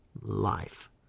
life